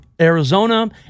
Arizona